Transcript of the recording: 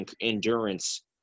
endurance